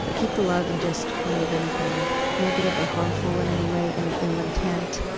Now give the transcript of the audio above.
but keep the love, and just remove anything negative or harmful in any way, any ill intent,